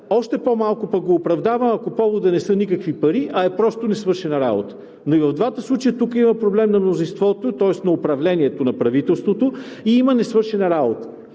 Още по-малко го оправдавам, ако поводът не са никакви пари, а е просто несвършена работа. И в двата случая има проблем на мнозинството, тоест на управлението на правителството и има несвършена работа.